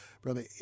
Brother